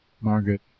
Margaret